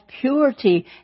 purity